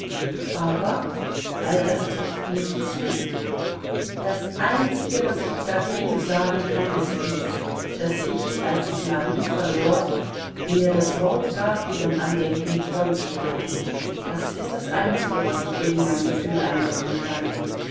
aber all das trifft nicht zu das einzige was ich dagegen sagen kann ist dies daß ich als ich marie verlor mir das wort gab ihrem andenken treu zu bleiben das ist das einzige was ich gegen mein gefühl einwenden kann